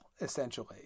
essentially